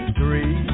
three